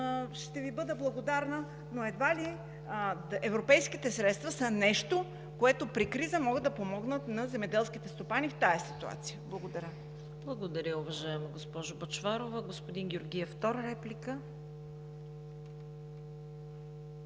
ще Ви бъда благодарна, но едва ли европейските средства са нещо, което при криза може да помогне на земеделските стопани в тази ситуация. Благодаря. ПРЕДСЕДАТЕЛ ЦВЕТА КАРАЯНЧЕВА: Благодаря, уважаема госпожо Бъчварова. Господин Георгиев – втора реплика.